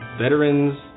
Veterans